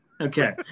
okay